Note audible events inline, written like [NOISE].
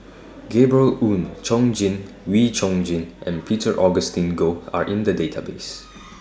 [NOISE] Gabriel Oon Chong Jin Wee Chong Jin and Peter Augustine Goh Are in The Database